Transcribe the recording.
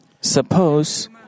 suppose